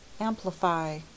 Amplify